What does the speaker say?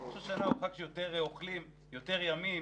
ראש השנה הוא חג שיותר אוכלים בו ויותר ימים.